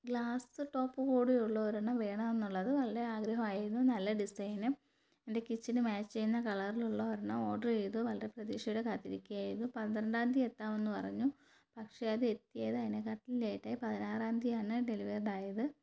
glass top കൂടിയുള്ള ഒരെണ്ണം വേണം എന്നുള്ളത് വളരെ ആഗ്രഹമായിരുന്നു നല്ല ഡിസൈനും എൻ്റെ കിച്ചനു മാച്ച് ചെയ്യുന്ന കളറിലുള്ള ഒരെണ്ണം ഓഡർ ചെയ്തു വളരെ പ്രതീക്ഷയോടെ കാത്തിരിക്കുകയായിരുന്നു പന്ത്രണ്ടാം തീയ്യതി എത്താം എന്ന് പറഞ്ഞു പക്ഷേ അത് എത്തിയത് അതിനെക്കാട്ടിലും ലേറ്റായി പതിനാറാം തീയതിയാണ് ഡെലിവേഡ് ആയത്